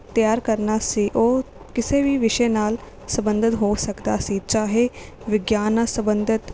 ਤਿਆਰ ਕਰਨਾ ਸੀ ਉਹ ਕਿਸੇ ਵੀ ਵਿਸ਼ੇ ਨਾਲ ਸੰਬੰਧਿਤ ਹੋ ਸਕਦਾ ਸੀ ਚਾਹੇ ਵਿਗਿਆਨ ਨਾਲ ਸੰਬੰਧਿਤ